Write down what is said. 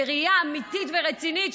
בראייה אמיתית ורצינית,